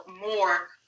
more